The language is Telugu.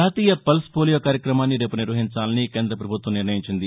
జాతీయ పల్స్ పోలియో కార్యక్రమాన్ని రేపు నిర్వహించాలని కేంద్ర ప్రభుత్వం నిర్ణయించింది